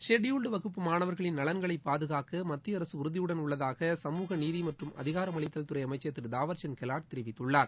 scheduled வகுப்பு மாணவர்களின் நலன்களை பாதுகாக்க மத்திய அரசு உறுதியுடன் உள்ளதாக சமூக நீதி மற்றும் அதிகாரமளித்தல் துறை அமைச்சர் திரு தாவர்சந்த் கெலாட் தெரிவித்துள்ளார்